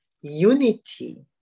unity